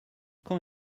quand